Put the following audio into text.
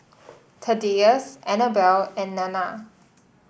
Thaddeus Anabel and Nana